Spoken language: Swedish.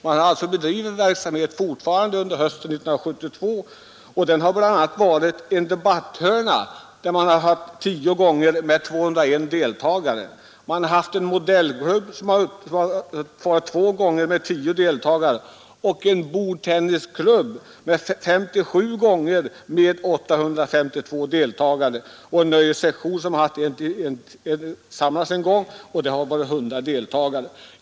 Man bedrev alltså verksamheten fortfarande under hösten 1972. Man har bl.a. haft en debatthörna 10 gånger med 201 deltagare, en modellklubb 2 gånger med 10 deltagare, en bordtennisklubb 57 gånger med 852 deltagare och en nöjessektion som samlats en gång med 100 deltagare.